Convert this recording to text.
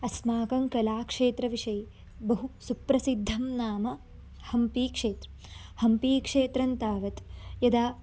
अस्माकं कलाक्षेत्रविषये बहु सुप्रसिद्धं नाम हम्पीक्षेत्रं हम्पीक्षेत्रं तावत् यदा